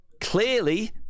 clearly